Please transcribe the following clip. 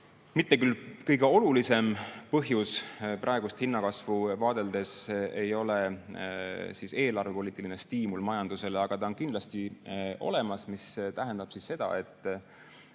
Mitte küll kõige olulisem põhjus praegust hinnakasvu vaadeldes ei ole eelarvepoliitiline stiimul majandusele, aga ta on kindlasti olemas. See tähendab seda,